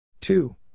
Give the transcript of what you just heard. Two